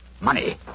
Money